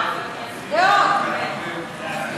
אף אחד לא שומע אותך ולא